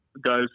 guys